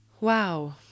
wow